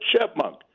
chipmunk